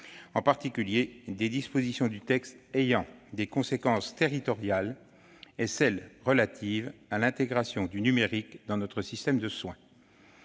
en particulier des dispositions du texte ayant des conséquences territoriales et de celles relatives à l'intégration du numérique dans notre système de soins.